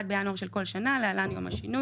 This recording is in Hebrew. בינואר של כל שנה (להלן יום השינוי),